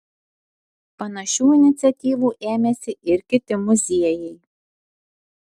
panašių iniciatyvų ėmėsi ir kiti muziejai